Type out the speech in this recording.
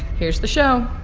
here's the show